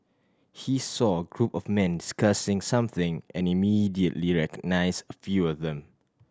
he saw a group of men discussing something and immediately recognised a few of them